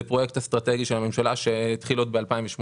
שזה פרויקט אסטרטגי של הממשלה שהתחיל עוד ב-2018